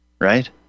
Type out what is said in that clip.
right